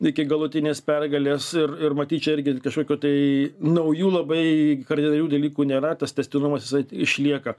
iki galutinės pergalės ir ir matyt čia irgi kažkokio tai naujų labai kardinalių dalykų nėra tas tęstinumas jisai išlieka